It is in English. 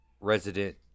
resident